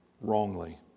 wrongly